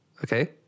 okay